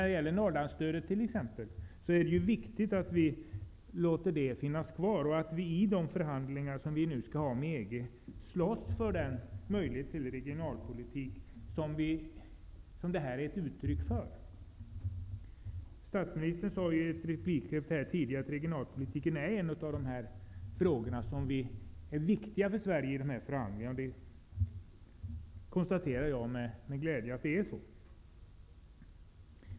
Det är t.ex. viktigt att Norrlandsstödet får vara kvar och att vi i de kommande förhandlingarna med EG slåss för den möjlighet till regionalpolitik som Norrlandsstödet är ett uttryck för. Statsministern sade tidigare i ett replikskifte att regionalpolitiken är en av de frågor som är viktiga för Sverige vid dessa förhandlingar. Detta konstaterar jag med glädje.